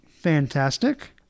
fantastic